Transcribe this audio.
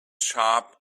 shop